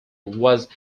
was